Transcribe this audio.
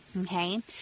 okay